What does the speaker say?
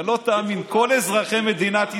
אתה לא תאמין, כל אזרחי מדינת ישראל,